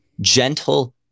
gentle